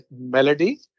melody